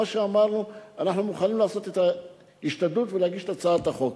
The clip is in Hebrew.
אמרנו שאנחנו מוכנים לעשות את ההשתדלות ולהגיש את הצעת החוק.